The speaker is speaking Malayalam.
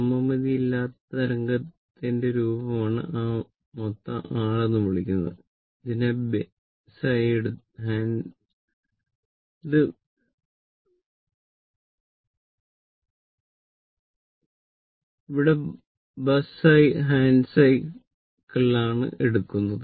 സമമിതിയില്ലാത്ത തരംഗത്തിന്റെ രൂപമാണ് ആ മൊത്തം r എന്ന് വിളിക്കുന്നത് ഇവിടെ ബസ് ആയി ഹാൻഡ് സൈക്കിൾ ആണ് എടുക്കുന്നത്